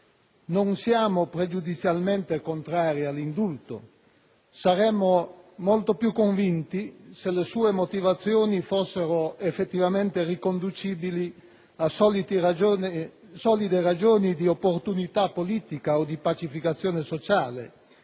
Non siamo pregiudizialmente contrari all'indulto. Saremmo molto più convinti se le sue motivazioni fossero effettivamente riconducibili a solide ragioni di opportunità politica o di pacificazione sociale;